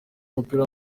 w’umupira